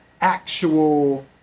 actual